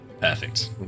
perfect